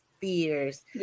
fears